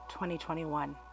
2021